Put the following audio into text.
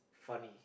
funny